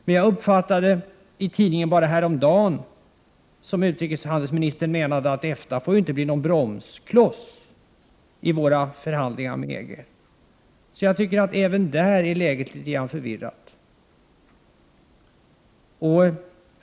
Men jag uppfattade det som stod i tidningen häromdagen så, att utrikeshandelsministern menade att EFTA inte får bli någon bromskloss i våra förhandlingar med EG. Även där tycker jag att läget är litet förvirrat.